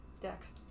Dex